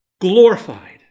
glorified